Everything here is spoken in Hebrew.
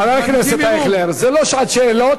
חבר הכנסת אייכלר, זו לא שעת שאלות.